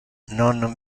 non